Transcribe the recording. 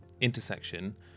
intersection